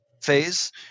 phase